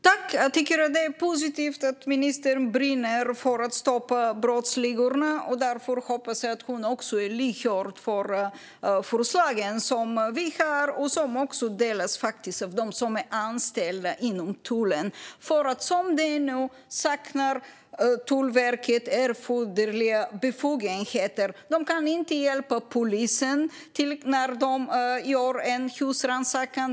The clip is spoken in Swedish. Fru talman! Det är positivt att ministern brinner för att stoppa brottsligorna. Därför hoppas jag att hon också är lyhörd för förslagen som vi har och som delas av de anställda inom tullen. Som det är nu saknar Tullverket erforderliga befogenheter. Det kan inte hjälpa polisen när den gör en husrannsakan.